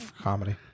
comedy